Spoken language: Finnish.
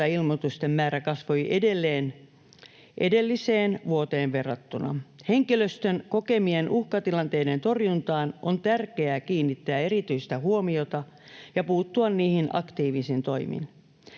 väkivaltailmoitusten määrä kasvoi edelliseen vuoteen verrattuna. Henkilöstön kokemien uhkatilanteiden torjuntaan on tärkeää kiinnittää erityistä huomiota ja puuttua niihin aktiivisin toimin.